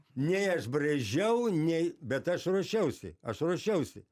nei aš brėžiau nei bet aš ruošiausi aš ruošiausi